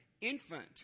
infant